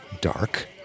dark